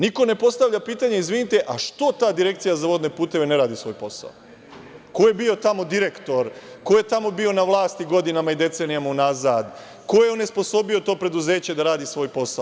Niko ne postavlja pitanje – izvinite, što ta Direkcija za vodne puteve ne radi svoj posao, ko je bio tamo direktor, ko je bio tamo godinama na vlasti i decenijama unazad, ko je onesposobio to preduzeće da radi svoj posao?